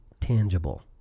tangible